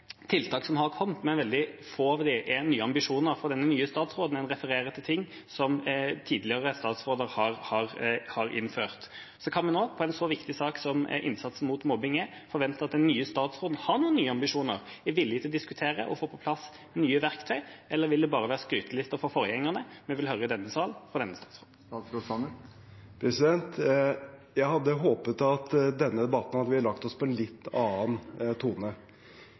tiltak som har kommet, men veldig få av dem er nye ambisjoner fra den nye statsråden. Han refererer til ting som tidligere statsråder har innført. Så kan vi nå, i en så viktig sak som innsatsen mot mobbing er, forvente at den nye statsråden har noen nye ambisjoner, er villig til å diskutere og få på plass nye verktøy? Eller vil det bare være skrytelista fra forgjengerne vi vil høre i denne sal fra denne statsråden? Jeg hadde håpet at i denne debatten hadde vi lagt oss på en litt annen tone.